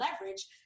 leverage